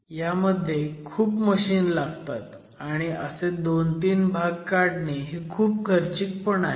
ह्यामध्ये खूप मशीन लागतात आणि असे 2 3 भाग काढणे हे खूप खर्चिक पण आहे